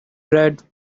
red